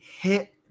hit